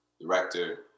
director